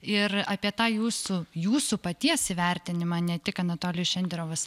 ir apie tą jūsų jūsų paties įvertinimą ne tik anatolijus šenderovas